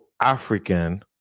African